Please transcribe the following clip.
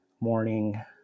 morning